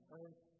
earth